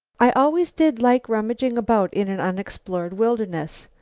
i always did like rummaging about in an unexplored wilderness.